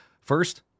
First